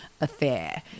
affair